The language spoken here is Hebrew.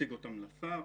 נציג אותם לשר,